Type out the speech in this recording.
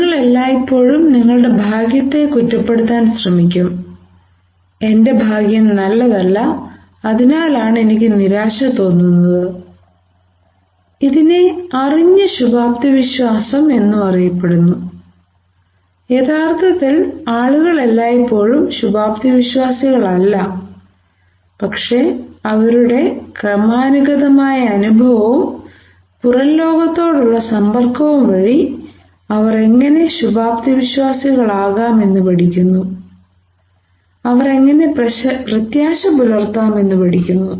നിങ്ങൾ എല്ലായ്പ്പോഴും നിങ്ങളുടെ ഭാഗ്യത്തെ കുറ്റപ്പെടുത്താൻ ശ്രമിക്കും എന്റെ ഭാഗ്യം നല്ലതല്ല അതിനാലാണ് എനിക്ക് നിരാശ തോന്നുന്നത് ഇതിനെ അറിഞ്ഞ അശുഭാപ്തിവിശ്വാസം എന്നും അറിയപ്പെടുന്നു യഥാർത്ഥത്തിൽ ആളുകൾ എല്ലായ്പോഴും ശുഭാപ്തി വിശ്വാസികളല്ല പക്ഷേ അവരുടെ ക്രമാനുഗതമായ അനുഭവവും പുറം ലോകത്തോടുള്ള സമ്പർക്കവും വഴി അവർ എങ്ങനെ ശുഭാപ്തി വിശ്വാസികളാകാം എന്ന് പഠിക്കുന്നു അവർ എങ്ങനെ പ്രത്യാശ പുലർത്താം എന്ന് പഠിക്കുന്നു